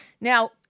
Now